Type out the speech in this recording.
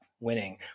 winning